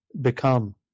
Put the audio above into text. become